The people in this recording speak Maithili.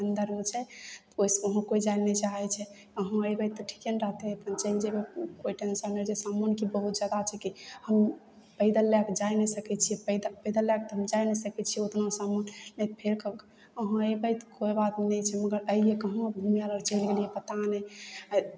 अंदरमे छै ओहि सऽ वहाँ कोइ जाइ नहि चाहै छै अहाँ अयबै तऽ ठीके ने रहतै अपन चलि जेबै कोइ टेंशन नहि जे सामान बहुत जादा छै कि हमहुँ पैदल लएके जाइ नहि सकै छियै पैदल पैदल लएके तऽ हम जाइ नहि सकै छियै उतना सामान लएके फेर अहाँ अयबै तऽ कोनो बात नहि छै मगर आइये कहुँ घुमै आर चलि गेलियै पता नहि आइ